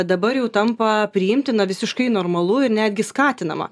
dabar jau tampa priimtina visiškai normalu ir netgi skatinama